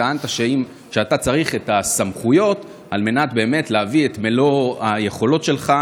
טענת שאתה צריך את הסמכויות על מנת להביא את מלוא היכולות שלך